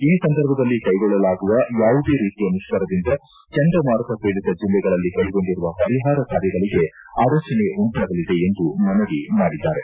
ಈ ಸಂದರ್ಭದಲ್ಲಿ ಕೈಗೊಳ್ಳಲಾಗುವ ಯಾವುದೇ ರೀತಿಯ ಮುಷ್ಕರದಿಂದ ಚಂಡಮಾರುತ ಪೀಡಿತ ಜಿಲ್ಲೆಗಳಲ್ಲಿ ಕೈಗೊಂಡಿರುವ ಪರಿಹಾರ ಕಾರ್ಯಗಳಿಗೆ ಅಡಚಣೆ ಉಂಟಾಗಲಿದೆ ಎಂದು ಮನವಿ ಮಾಡಿದ್ದಾರೆ